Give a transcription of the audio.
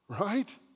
Right